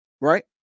right